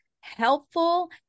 helpful